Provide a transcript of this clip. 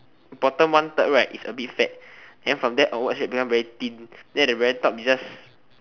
bottom one third right is a bit fat then from there outwards become very thin then the very top is just